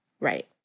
Right